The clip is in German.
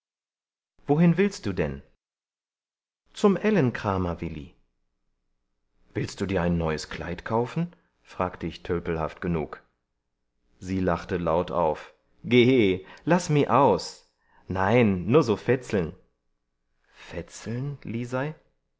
wohin willst du denn zum ellenkramer will i willst du dir ein neues kleid kaufen fragte ich tölpelhaft genug sie lachte laut auf geh laß mi aus nein nur so fetz'ln fetz'ln lisei